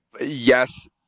yes